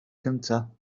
gyntaf